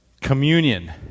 Communion